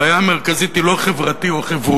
הבעיה המרכזית היא לא חברתי או חברותי,